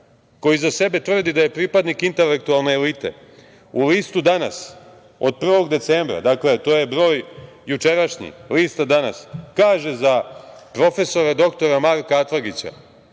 koji za sebe tvrdi da je pripadnik intelektualne elite u listu "Danas" od 01. decembra, dakle, to je broj jučerašnji lista "Danas", kaže za prof. dr Marka Atlagića,